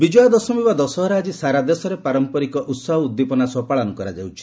ଦଶହରା ବିଜୟା ଦଶମୀ ବା ଦଶହରା ଆଜି ସାରା ଦେଶରେ ପାରମ୍ପରିକ ଉତ୍ସାହ ଓ ଉଦ୍ଦୀପନା ସହ ପାଳନ କରାଯାଉଛି